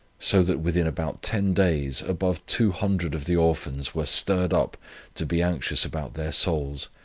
so that within about ten days above two hundred of the orphans were stirred up to be anxious about their souls,